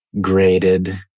graded